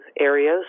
areas